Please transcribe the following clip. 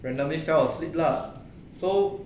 randomly fell asleep lah so